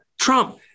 Trump